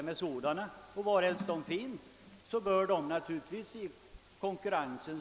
Varhelst sådana företag finns bör de slås ut genom konkurrensen.